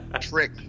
Trick